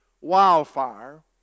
wildfire